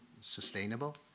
sustainable